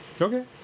Okay